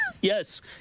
yes